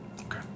Okay